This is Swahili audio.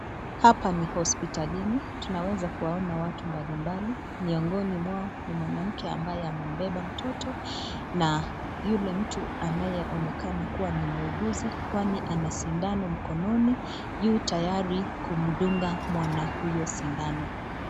Hapa ni hospitalini tunaweza kuwaona watu mbalimbali miongoni mwao ni mwanamke ambaye amepepa mtoto na yule mtu anayeonekana kuwa ni muuguzi kwani ana sindano mkononi uko tayari kumtunga mwana huyo sindano.